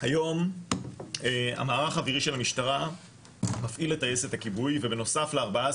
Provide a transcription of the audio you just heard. היום המערך האווירי של המשטרה מפעיל את טייסת הכיבוי ובנוסף ל-14